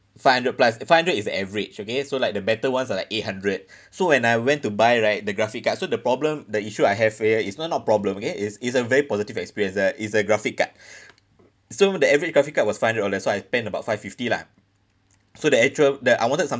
five hundred plus five hundred is average okay so like the better ones are like eight hundred so when I went to buy right the graphic card so the problem the issue I have here is no not a problem okay is is a very positive experience that it's the graphic card so the average graphic card was five hundred dollars so I spent about five fifty lah so the actual the I wanted something